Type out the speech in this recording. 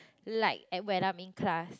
like at when I'm in class